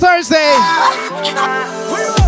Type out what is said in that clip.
Thursday